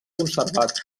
conservat